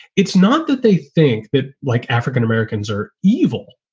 it's not that they think that, like african-americans are evil,